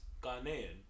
Ghanaian